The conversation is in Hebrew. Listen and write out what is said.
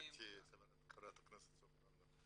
גבירתי חברת הכנסת סופה לנדבר,